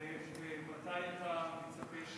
ומתי אתה מצפה,